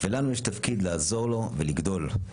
ולנו יש תפקיד לעזור לו ולגדול.